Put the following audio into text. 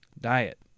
diet